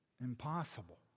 impossible